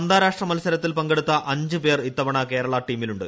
അന്താരാഷ്ട്ര മത്സരങ്ങളിൽ പങ്കെടുത്ത അഞ്ച് പേർ ഇത്തവണ കേരള ടീമിലുണ്ട്